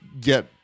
get